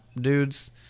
dudes